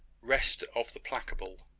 rest of the placable.